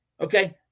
okay